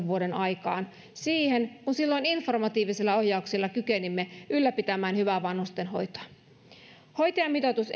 vuoden kaksituhattakahdeksan aikaan siihen kun informatiivisilla ohjauksilla kykenimme ylläpitämään hyvää vanhustenhoitoa hoitajamitoitus